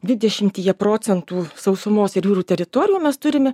dvidešimtyje procentų sausumos ir jūrų teritorijų mes turime